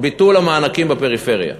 ביטול המענקים בפריפריה.